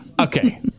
Okay